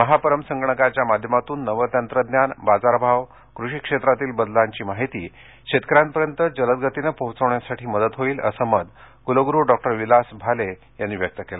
महापरम संगणकाच्या माध्यमातून नवतंत्रज्ञान बाजारभाव कृषी क्षेत्रातील बदलांची माहिती शेतकऱ्यांपर्यंत जलदगतीने पोहचवण्यासाठी मदत होईल असे मत कुलगुरू डॉ विलास भाले यांनी व्यक्त केले